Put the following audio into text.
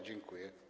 Dziękuję.